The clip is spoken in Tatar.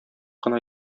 кына